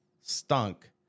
stunk